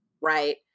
right